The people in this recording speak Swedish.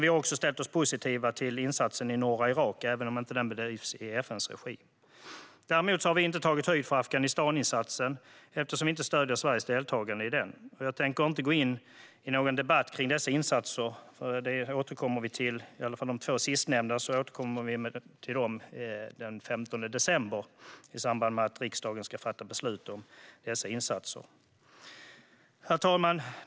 Vi har också ställt oss bakom insatsen i norra Irak, även om den inte bedrivs i FN:s regi. Däremot har vi inte tagit höjd för Afghanistaninsatsen, eftersom vi inte stöder Sveriges deltagande i den. Jag tänker inte gå in i någon debatt om dessa insatser då vi återkommer till de två sistnämnda den 15 december i samband med att riksdagen ska fatta beslut om dem. Herr talman!